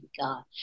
God